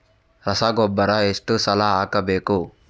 ರಸಗೊಬ್ಬರ ಎಷ್ಟು ಸಲ ಹಾಕಬೇಕು?